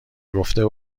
گفته